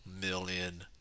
million